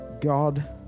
god